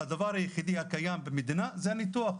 אז הדבר היחידי הקיים במדינה זה הניתוח.